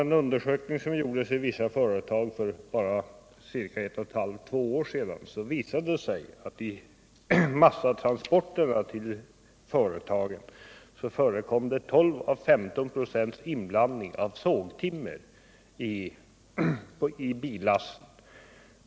En undersökning som för bara ca ett och ett halvt till två år sedan gjordes i vissa företag visade att det vid massatransporterna till företagen förekom en inblandning av 12-15 96 sågtimmer i billassen.